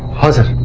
husband.